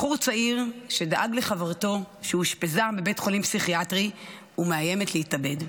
בחור צעיר שדאג לחברתו שאושפזה בבית חולים פסיכיאטרי ומאיימת להתאבד,